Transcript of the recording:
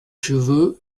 cheveux